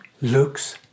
looks